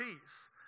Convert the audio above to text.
peace